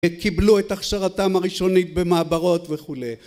קיבלו את הכשרתם הראשונית במעברות וכו'.